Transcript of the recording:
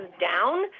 down